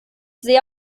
sehr